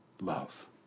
love